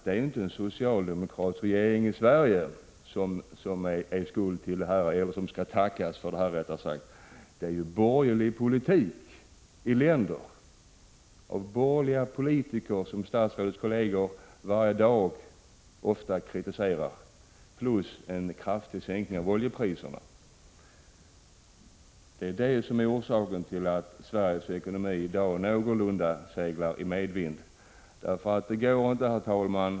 Det är inte en socialdemokratisk regering i Sverige som skall tackas för detta, utan borgerlig politik som förts i andra länder av borgerliga politiker som statsrådets kolleger snart sagt varje dag kritiserar, plus en kraftig sänkning av oljepriserna. Det är detta som är orsakerna till att Sveriges ekonomi i dag någorlunda seglar i medvind.